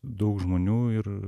daug žmonių ir